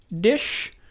dish